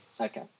Okay